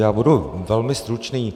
Já budu velmi stručný.